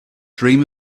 dream